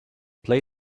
play